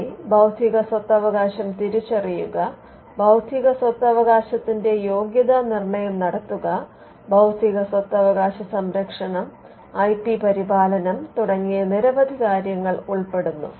അതിൽ ബൌദ്ധിക സ്വത്തവകാശം തിരിച്ചറിയുക ബൌദ്ധിക സ്വത്തവകാശത്തിന്റെ യോഗ്യതാനിർണ്ണയം നടത്തുക ബൌദ്ധിക സ്വത്തവകാശ സംരക്ഷണം ഐ പി പരിപാലനം തുടങ്ങിയ നിരവധി കാര്യങ്ങൾ ഇതിൽ ഉൾപ്പെടുന്നു